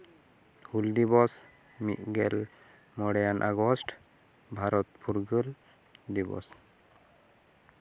ᱦᱩᱞ ᱫᱤᱵᱚᱥ ᱢᱤᱫ ᱜᱮᱞ ᱢᱚᱬᱮᱭᱟᱱ ᱟᱜᱚᱥᱴ ᱵᱷᱟᱨᱚᱛ ᱯᱷᱩᱨᱜᱟᱹᱞ ᱫᱤᱵᱚᱥ